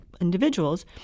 individuals